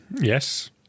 Yes